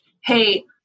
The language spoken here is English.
Hey